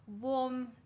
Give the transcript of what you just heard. warm